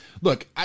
look